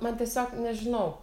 man tiesiog nežinau